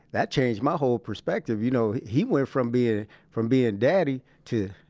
that changed my whole perspective. you know, he went from being from being daddy to,